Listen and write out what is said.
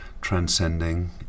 transcending